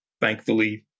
thankfully